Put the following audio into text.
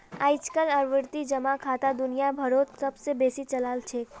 अइजकाल आवर्ती जमा खाता दुनिया भरोत सब स बेसी चलाल छेक